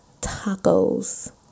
tacos